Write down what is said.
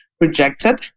rejected